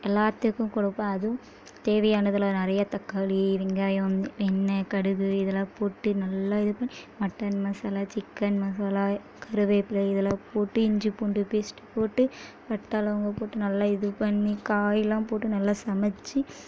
எல்லாத்துக்கும் கொடுப்பேன் அதுவும் தேவையானதெலாம் நிறையா தக்காளி வெங்காயம் எண்ணெய் கடுகு இதெல்லாம் போட்டு நல்லா இது பண்ணி மட்டன் மசாலா சிக்கன் மசாலா கருவேப்பில்லை இதெல்லாம் போட்டு இஞ்சி பூண்டு பேஸ்ட்டு போட்டு பட்டை லவங்கம் போட்டு நல்லா இது பண்ணி காயெலாம் போட்டு நல்லா சமைத்து